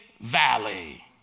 valley